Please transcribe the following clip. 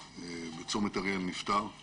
מידע בקבוצות וברשתות החברתיות,